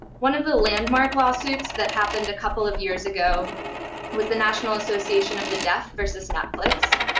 one of the landmark lawsuits that happened a couple of years ago was the national association of the deaf versus netflix.